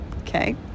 okay